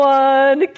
one